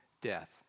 death